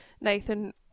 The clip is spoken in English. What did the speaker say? Nathan